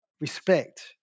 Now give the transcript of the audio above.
respect